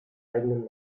eigenem